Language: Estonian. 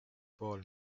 pool